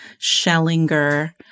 Schellinger